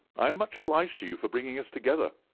i am much obliged to you for bringing us together.